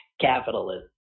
capitalism